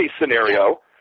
scenario